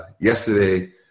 yesterday